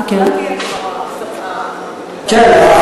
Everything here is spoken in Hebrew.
ההפרדה תהיה, כלומר, כן.